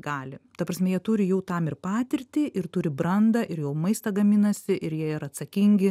gali ta prasme jie turi jau tam ir patirtį ir turi brandą ir jau maistą gaminasi ir jie yra atsakingi